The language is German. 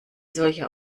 solcher